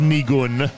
Nigun